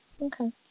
Okay